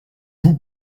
vous